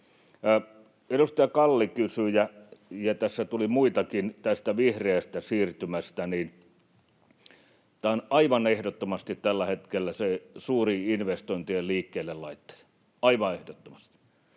Edustaja Kalli kysyi — ja tässä tuli muitakin — tästä vihreästä siirtymästä. Tämä on aivan ehdottomasti tällä hetkellä se suurin investointien liikkeellelaitto, aivan ehdottomasti.